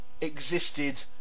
existed